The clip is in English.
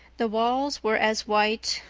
the walls were as white,